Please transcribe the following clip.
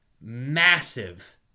massive